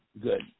good